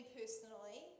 personally